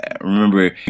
remember